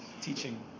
teaching